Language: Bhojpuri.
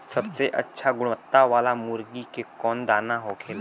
सबसे अच्छा गुणवत्ता वाला मुर्गी के कौन दाना होखेला?